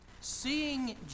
seeing